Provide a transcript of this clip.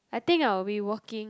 I think I will be working